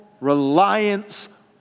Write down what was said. reliance